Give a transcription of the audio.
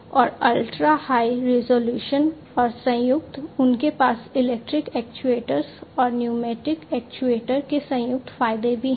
और ultra high resolution और संयुक्त उनके पास इलेक्ट्रिक एक्ट्यूएटर्स और न्यूमेटिक एक्ट्यूएटर के संयुक्त फायदे भी हैं